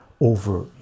over